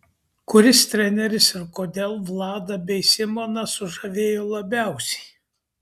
kuris treneris ir kodėl vladą bei simoną sužavėjo labiausiai